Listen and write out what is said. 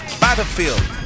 Battlefield